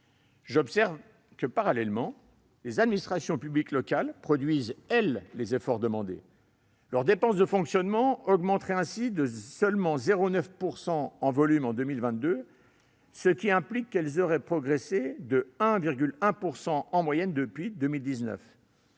J'observe que, parallèlement, les administrations publiques locales produisent, elles, les efforts demandés. Leurs dépenses de fonctionnement augmenteraient ainsi seulement de 0,9 % en volume en 2022, ce qui signifie qu'elles auraient progressé de 1,1 % en moyenne depuis 2019.